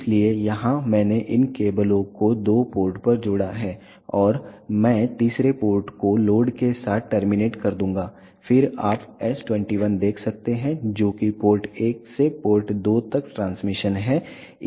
इसलिए यहां मैंने इन केबलों को दो पोर्ट पर जोड़ा है और मैं तीसरे पोर्ट को लोड के साथ टर्मिनेट कर दूंगा फिर आप S21 देख सकते हैं जो कि पोर्ट 1 से पोर्ट 2 तक ट्रांसमिशन है